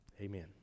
Amen